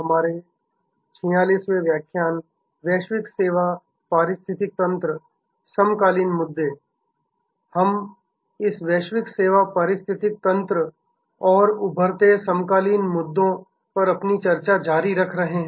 हम इस वैश्विक सेवा पारिस्थितिकी तंत्र और उभरते समकालीन मुद्दों पर अपनी चर्चा जारी रख रहे हैं